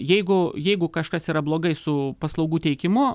jeigu jeigu kažkas yra blogai su paslaugų teikimu